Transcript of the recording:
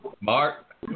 Mark